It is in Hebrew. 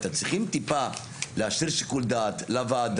צריכים טיפה להשאיר שיקול דעת לוועדה,